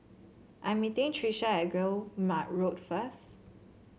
I'm meeting Trisha at Guillemard Road first